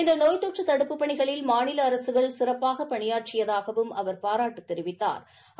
இந்த நோய் தொற்று தடுப்புப் பணிகளில் மாநில அரசுகள் சிறப்பாக பணியாற்றியதாகவும் அவர் பாராட்டு தெரிவித்தாா்